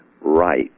right